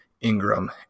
Ingram